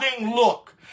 look